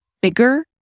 bigger